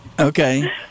Okay